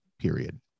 period